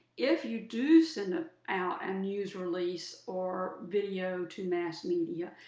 if you do send ah out a news release or video to mass media,